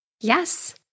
Yes